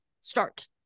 start